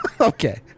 Okay